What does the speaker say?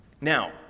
Now